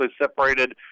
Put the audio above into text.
separated